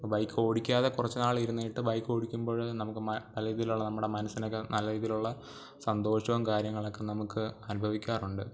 bike ഓടിക്കാതെ കുറച്ച് നാൾ ഇരുന്നിട്ട് ബൈക്ക് ഓടിക്കുമ്പോൾ നമുക്ക് പല രീതിയിലുള്ള നമ്മുടെ മനസ്സിനൊക്കെ നല്ല രീതിയിലുള്ള സന്തോഷവും കാര്യങ്ങളൊക്കെ നമുക്ക് അനുഭവിക്കാറുണ്ട്